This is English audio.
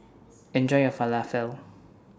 Enjoy your Falafel